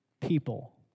people